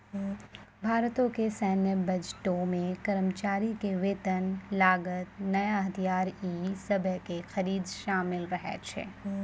भारतो के सैन्य बजटो मे कर्मचारी के वेतन, लागत, नया हथियार इ सभे के खरीद शामिल रहै छै